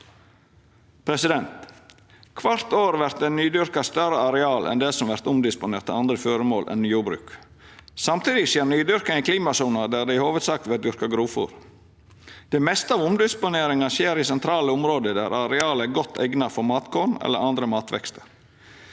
Kvart år vert det nydyrka større areal enn det som vert omdisponert til andre føremål enn jordbruk. Samtidig skjer nydyrkinga i klimasoner der det i hovudsak vert dyrka grovfôr. Det meste av omdisponeringa skjer i sentrale område der arealet er godt eigna for matkorn eller andre matvekstar.